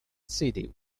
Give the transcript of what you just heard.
city